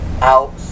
out